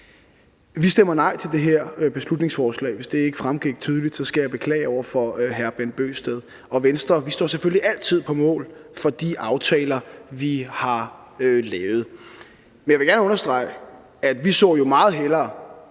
Vi stemmer nej til det her beslutningsforslag, og hvis det ikke fremgik tydeligt, skal jeg beklage det over for hr. Bent Bøgsted. Og vi i Venstre står selvfølgelig altid på mål for de aftaler, vi har lavet. Men jeg vil gerne understrege, at vi jo meget hellere